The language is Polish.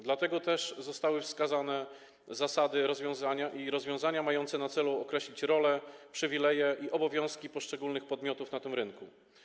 Dlatego też zostały wskazane zasady i rozwiązania mające na celu określenie roli, przywilejów i obowiązków poszczególnych podmiotów na tym rynku.